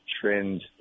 trend